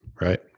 Right